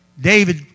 David